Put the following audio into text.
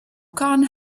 con